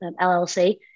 LLC